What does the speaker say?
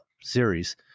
series